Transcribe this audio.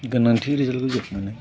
गोनांथि रिजाल्ट होजोबनानै